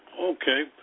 Okay